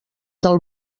del